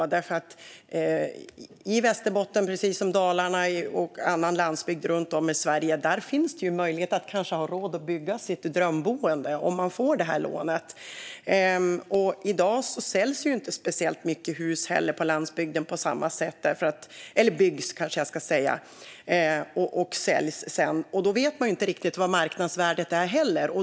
I Västerbotten, precis som i Dalarna och annan landsbygd runt om i Sverige, finns det möjlighet att ha råd att bygga sitt drömboende om man får det här lånet. I dag byggs och säljs inte speciellt många hus på landsbygden, och därför vet man inte riktigt vad marknadsvärdet är.